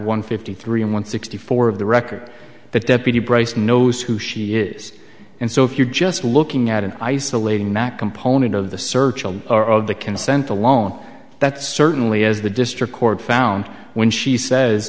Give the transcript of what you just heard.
one fifty three one sixty four of the record that deputy bryce knows who she is and so if you're just looking at an isolating that component of the search all are of the consent alone that certainly is the district court found when she says